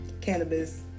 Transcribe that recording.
cannabis